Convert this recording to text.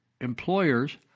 employers